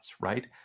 right